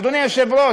אדוני היושב-ראש,